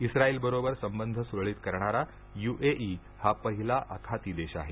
इस्राईलबरोबर संबंध सुरळीत करणारा युएई हा पहिला आखाती देश आहे